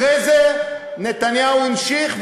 אחרי זה נתניהו המשיך,